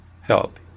help